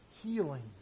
Healing